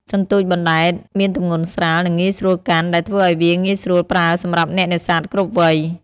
សន្ទូចបណ្ដែតមានទម្ងន់ស្រាល និងងាយស្រួលកាន់ ដែលធ្វើឲ្យវាងាយស្រួលប្រើសម្រាប់អ្នកនេសាទគ្រប់វ័យ។